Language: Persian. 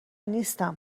نیستم